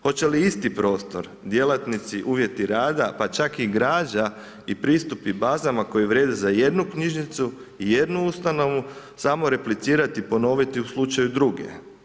Hoće li isti prostor djelatnici, uvjeti rada pa čak i građa i pristupi bazama koji vrijeme da jednu knjižnicu, jednu ustanovu samo replicirati i ponoviti u slučaju druge.